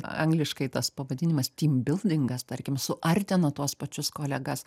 angliškai tas pavadinimas tymbildingas tarkim suartina tuos pačius kolegas